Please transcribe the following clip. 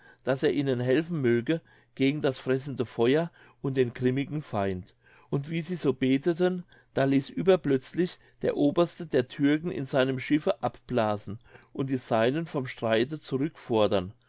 daß er ihnen helfen möge gegen das fressende feuer und den grimmigen feind und wie sie so beteten da ließ überplötzlich der oberste der türken in seinem schiffe abblasen und die seinen vom streite